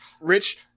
Rich